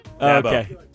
Okay